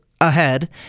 ahead